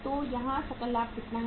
तो यहाँ सकल लाभ कितना है